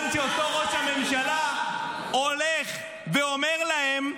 שאותו ראש הממשלה הולך ואומר להם,